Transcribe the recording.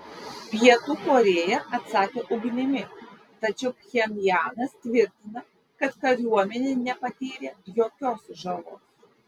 pietų korėja atsakė ugnimi tačiau pchenjanas tvirtina kad kariuomenė nepatyrė jokios žalos